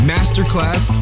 Masterclass